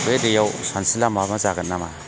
बे दैआव सानस्रिब्ला माबा जागोन नामा